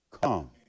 come